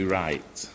right